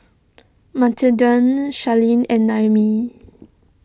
Matilde Sherlyn and Noemi